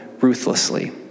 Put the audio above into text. ruthlessly